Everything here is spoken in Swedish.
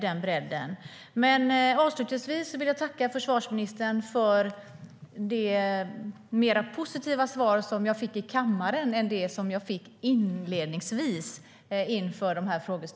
Jag tackar försvarsministern för det mer positiva svar jag fick i kammaren än det jag fick inledningsvis.